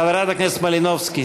חברת הכנסת מלינובסקי.